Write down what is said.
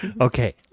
Okay